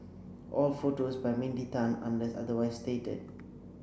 all photos by Mindy Tan unless otherwise stated